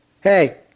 hey